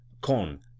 corn